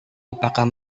apakah